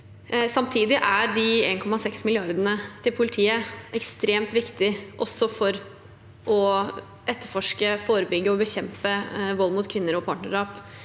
Samtidig er de 1,6 mrd. kr til politiet ekstremt viktig også for å etterforske, forebygge og bekjempe vold mot kvinner og partnerdrap.